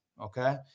Okay